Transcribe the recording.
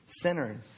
sinners